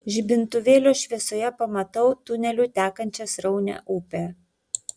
žibintuvėlio šviesoje pamatau tuneliu tekančią sraunią upę